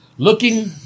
Looking